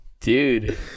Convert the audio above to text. Dude